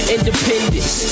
Independence